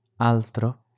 Altro